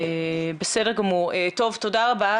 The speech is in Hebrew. תודה רבה.